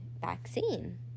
vaccine